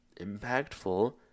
impactful